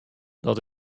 dat